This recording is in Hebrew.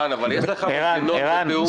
ערן, אבל יש לך פתרונות של תיאום מס.